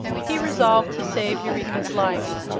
he resolved to save eureka's life.